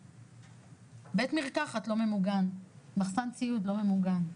בית מרקחת לא ממוגן, מחסן ציוד לא ממוגן,